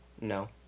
No